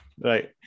Right